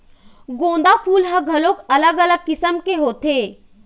गोंदा फूल ह घलोक अलग अलग किसम के होथे